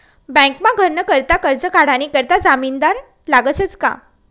बँकमा घरनं करता करजं काढानी करता जामिनदार लागसच का